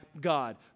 God